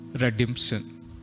redemption